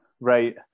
right